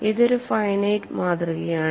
ഇതൊരു ഫൈനൈറ്റ് മാതൃകയാണ്